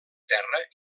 terra